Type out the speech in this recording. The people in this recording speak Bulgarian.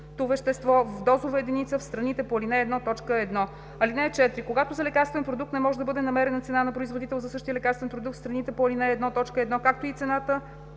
вещество в дозова единица в страните по ал. 1, т. 1. (4) Когато за лекарствен продукт не може да бъде намерена цена на производител за същия лекарствен продукт в страните по ал. 1, т. 1, както и цена